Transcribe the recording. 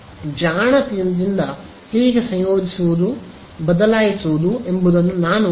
ಜಾಣತನದಿಂದ ಹೇಗೆ ಸಂಯೋಜಿಸುವುದು ಬದಲಾಯಿಸುವುದು ಎಂಬುದನ್ನು ನಾನು ತಿಳಿಸಲು ಬಯಸುತ್ತೇನೆ